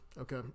Okay